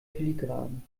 filigran